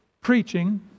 preaching